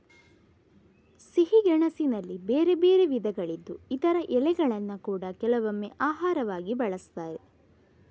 ಸಿಹಿ ಗೆಣಸಿನಲ್ಲಿ ಬೇರೆ ಬೇರೆ ವಿಧಗಳಿದ್ದು ಇದರ ಎಲೆಗಳನ್ನ ಕೂಡಾ ಕೆಲವೊಮ್ಮೆ ಆಹಾರವಾಗಿ ಬಳಸ್ತಾರೆ